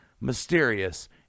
mysterious